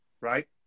right